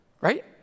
Right